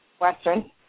Western